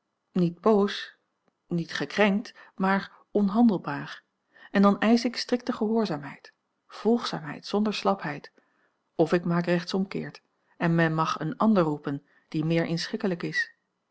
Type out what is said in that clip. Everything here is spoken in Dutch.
niet boos niet gekrenkt maar onhandelbaar en dan eisch ik strikte gehoorzaamheid volgzaamheid zonder slapheid of ik maak rechtsomkeert en men mag een ander roepen die meer inschikkelijk is